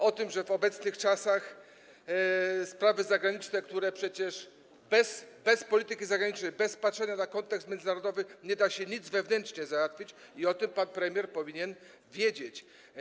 O tym, że w obecnych czasach w sprawach zagranicznych, w których przecież bez polityki zagranicznej, bez patrzenia na kontekst międzynarodowy nie da się nic wewnętrznie załatwić, pan premier powinien wiedzieć.